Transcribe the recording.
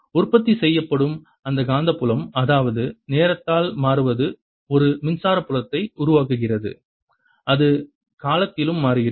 உற்பத்தி செய்யப்படும் அந்த காந்தப்புலம் அதாவது நேரத்தால் மாறுவது ஒரு மின்சார புலத்தை உருவாக்குகிறது இது காலத்திலும் மாறுகிறது